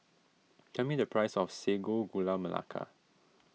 tell me the price of Sago Gula Melaka